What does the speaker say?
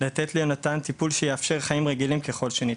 לתת ליונתן טיפול שיאפשר חיים רגילים ככל שניתן.